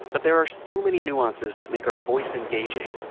but there are so many nuances that make our voice engaging.